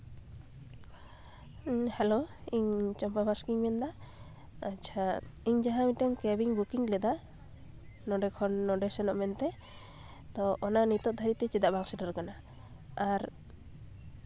hello ᱤᱧ ᱪᱟᱢᱯᱟ ᱵᱟᱥᱠᱮᱧ ᱢᱮᱱᱫᱟ ᱟᱪᱪᱷᱟ ᱤᱧ ᱡᱟᱦᱟᱸ ᱢᱤᱫᱴᱟᱝ ᱠᱮᱵᱤᱧ ᱵᱩᱠᱤᱝ ᱞᱮᱫᱟ ᱱᱚᱰᱮ ᱠᱷᱚᱱ ᱱᱚᱰᱮ ᱥᱮᱱᱚᱜ ᱢᱮᱱᱛᱮ ᱛᱚ ᱚᱱᱟ ᱱᱤᱛᱳᱜ ᱫᱷᱟᱹᱵᱤᱡ ᱛᱮ ᱪᱮᱫᱟᱜ ᱵᱟᱝ ᱥᱮᱴᱮᱨᱟᱠᱟᱱᱟ ᱟᱨ